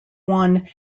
one